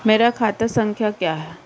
मेरा खाता संख्या क्या है?